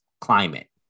climate